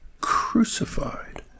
crucified